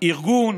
ארגון